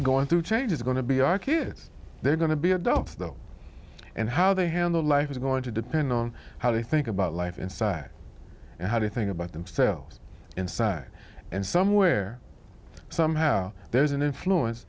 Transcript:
going through changes are going to be our kids they're going to be adults though and how they handle life is going to depend on how they think about life inside and how to think about themselves inside and somewhere somehow there's an influence